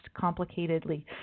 complicatedly